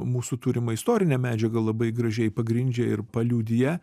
mūsų turimą istorinę medžiagą labai gražiai pagrindžia ir paliudija